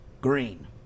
green